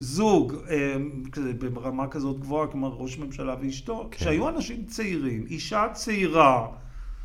זוג ברמה כזאת גבוהה, כלומר ראש ממשלה ואשתו, כשהיו אנשים צעירים, אישה צעירה,